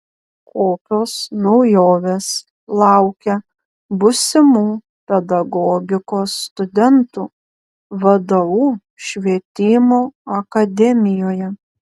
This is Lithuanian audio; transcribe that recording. kokios naujovės laukia būsimų pedagogikos studentų vdu švietimo akademijoje